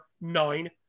nine